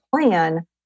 plan